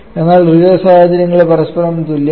എന്നാൽ റിയൽ സാഹചര്യങ്ങളിൽ പരസ്പരം തുല്യമല്ല